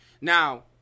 Now